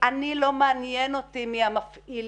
אותי לא מעניין מי המפעיל